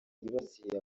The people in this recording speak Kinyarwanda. yibasiye